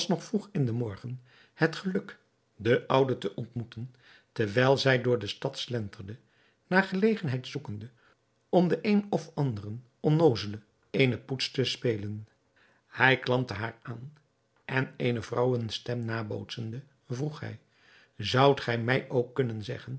vroeg in den morgen het geluk de oude te ontmoeten terwijl zij door de stad slenterde naar gelegenheid zoekende om den een of anderen onnoozele eene poets te spelen hij klampte haar aan en eene vrouwenstem nabootsende vroeg hij zoudt gij mij ook kunnen zeggen